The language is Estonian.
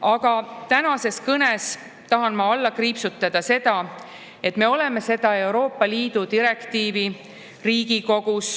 Aga tänases kõnes tahan alla kriipsutada seda, et me oleme seda Euroopa Liidu direktiivi Riigikogus